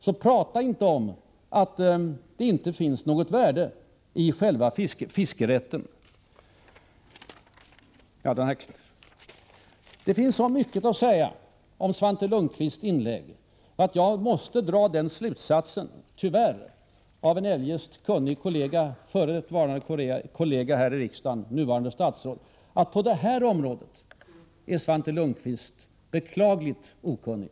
Så tala inte om att det inte ligger något värde i själva fiskerätten! Det finns så mycket att säga om Svante Lundkvists inlägg att jag tyvärr måste dra den slutsatsen att den eljest kunnige f. d. kollegan här i riksdagen, nuvarande statsrådet Svante Lundkvist, på det här området är beklagligt okunnig.